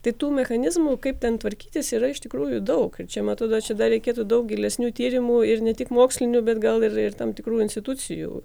tai tų mechanizmų kaip ten tvarkytis yra iš tikrųjų daug ir čia man atrodo kad čia reikėtų daug gilesnių tyrimų ir ne tik mokslinių bet gal ir tam tikrų institucijų